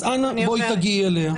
אז אנא תגיעי אליה.